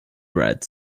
red